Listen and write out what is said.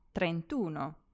trentuno